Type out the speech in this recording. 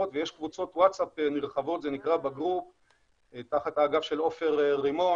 ויש קבוצות ווטס אפ נרחבות תחת האגף של עופר רימון